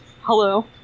Hello